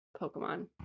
Pokemon